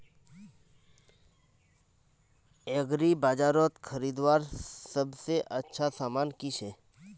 एग्रीबाजारोत खरीदवार सबसे अच्छा सामान की छे?